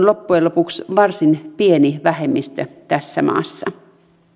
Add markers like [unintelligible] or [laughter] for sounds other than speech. [unintelligible] loppujen lopuksi varsin pieni vähemmistö tässä maassa